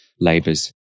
Labour's